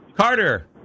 Carter